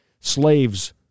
slaves